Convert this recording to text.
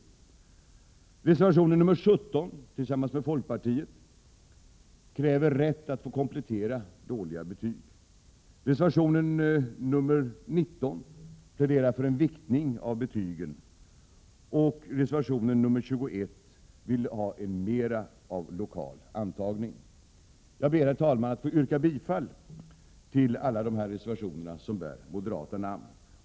I reservation 17, som vi har tillsammans med folkpartiet, krävs att man kan få komplettera dåliga betyg. Reservation 19 handlar om viktning av betygen, och i reservation 21 vill vi ha mera av lokal antagning. Jag ber, herr talman, att få yrka bifall till alla de reservationer som bär moderata namn.